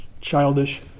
childish